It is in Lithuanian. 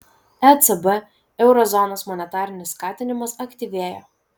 ecb euro zonos monetarinis skatinimas aktyvėja